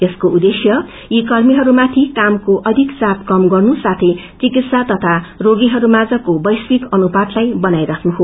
यसको उद्देश्य यी कर्मचाारीहरूमाथि कामको अधिक चाप कम गर्नु साथै विकित तथा रोगीहमाझको वैश्विक अनुपातलाई बनाई राख्नु हो